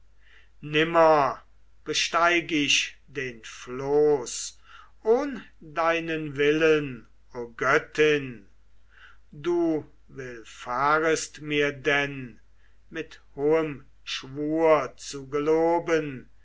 nimmer besteig ich den floß ohn deinen willen o göttin du willfahrest mir denn mit hohem schwur zu geloben